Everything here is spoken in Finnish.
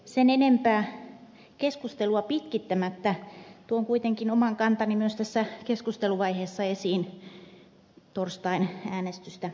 sen enempää keskustelua pitkittämättä tuon kuitenkin oman kantani myös tässä keskusteluvaiheessa esiin torstain äänestystä silmälläpitäen